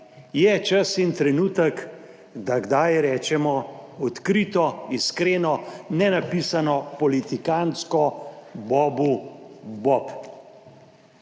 Je čas in trenutek, da kdaj rečemo odkrito, iskreno, nenapisano, politikantsko, bobu bob.